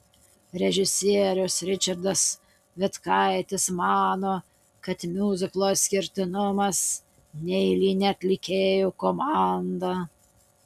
režisierius ričardas vitkaitis mano kad miuziklo išskirtinumas neeilinė atlikėjų komanda